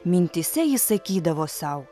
mintyse ji sakydavo sau